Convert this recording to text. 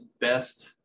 best